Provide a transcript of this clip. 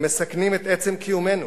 הם מסכנים את עצם קיומנו,